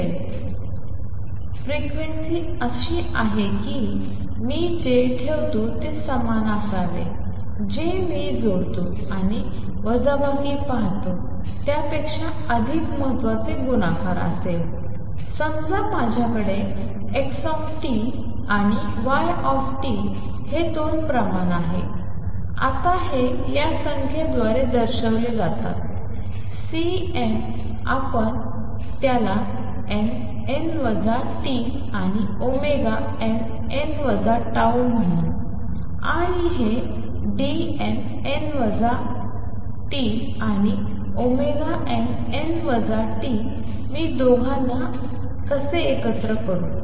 असेल फ्रिक्वेन्सी अशी आहे की मी जे ठेवतो ते समान असावे जे मी जोडतो आणि वजाबाकी पाहतो त्यापेक्षा अधिक महत्वाचे गुणाकार असेल समजा माझ्याकडे X आणि Y हे दोन प्रमाण आहेत आता हे या संख्यांद्वारे दर्शविले जातात Cn आपण त्याला n n τ आणि ओमेगा n n वजा टाऊ म्हणू आणि हे Dnn τ आणि nn τ मी दोघांना कसे एकत्र करू